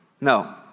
No